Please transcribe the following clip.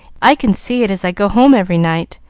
i can see it as i go home every night,